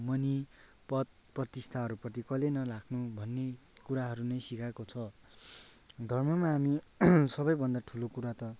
मनि पद प्रतिष्ठाहरूप्रति कहिल्यै नलाग्नु भन्ने कुराहरू नै सिकाएको छ धर्ममा हामी सबैभन्दा ठुलो कुरा त